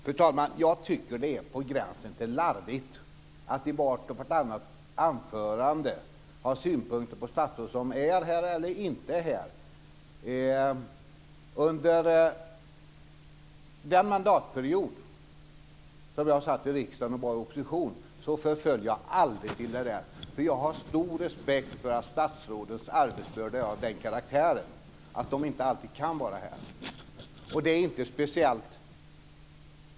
Fru talman! Jag tycker att det är på gränsen till larvigt att i vart och vartannat anförande ha synpunkter på om statsråd är här eller inte är här. Under den mandatperiod som jag satt här i kammaren i opposition förföll jag aldrig till det. Jag har stor respekt för att statsrådens arbetsbörda är av den karaktären att de inte alltid kan vara här.